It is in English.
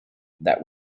that